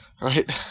right